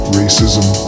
racism